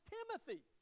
Timothy